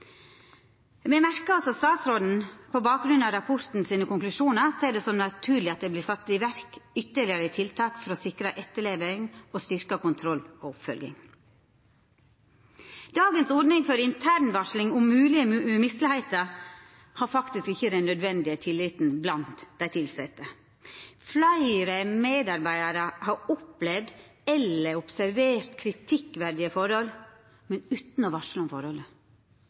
Me merkar oss at statsråden på bakgrunn av konklusjonane i rapporten ser det som naturleg at det vert sett i verk ytterlegare tiltak for å sikra etterleving og styrkja kontrollen og oppfølginga. Dagens ordning for intern varsling om moglege mislegheiter har ikkje den nødvendige tilliten blant dei tilsette. Fleire medarbeidarar har opplevd eller observert kritikkverdige forhold utan å varsla om